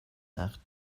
nach